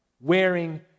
wearing